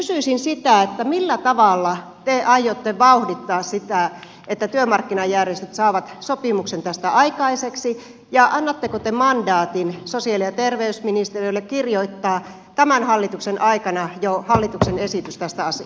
kysyisin sitä millä tavalla te aiotte vauhdittaa sitä että työmarkkinajärjestöt saavat sopimuksen tästä aikaiseksi ja annatteko te mandaatin sosiaali ja terveysministeriölle kirjoittaa jo tämän hallituksen aikana hallituksen esityksen tästä asiasta